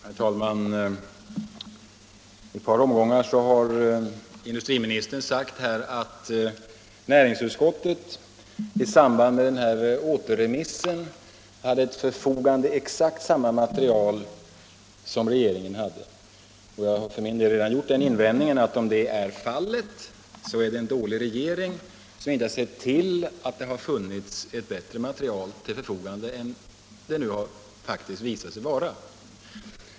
Herr talman! I ett par omgångar har industriministern sagt att näringsutskottet i samband med återremissen hade till förfogande exakt samma material som regeringen. Jag har för min del redan gjort den invändningen att om det är fallet, är det en dålig regering som inte sett till att den haft ett bättre material till förfogande än vad detta visat sig vara.